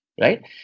right